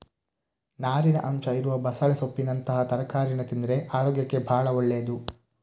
ನಾರಿನ ಅಂಶ ಇರುವ ಬಸಳೆ ಸೊಪ್ಪಿನಂತಹ ತರಕಾರೀನ ತಿಂದ್ರೆ ಅರೋಗ್ಯಕ್ಕೆ ಭಾಳ ಒಳ್ಳೇದು